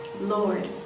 Lord